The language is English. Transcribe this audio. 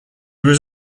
was